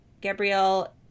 Gabrielle